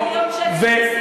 18 מיליון שקל מסים,